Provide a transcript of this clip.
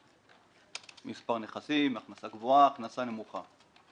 מספר נכסים, הכנסה גבוהה, הכנסה נמוכה.